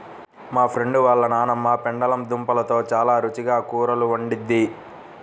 మా ఫ్రెండు వాళ్ళ నాన్నమ్మ పెండలం దుంపలతో చాలా రుచిగా కూరలు వండిద్ది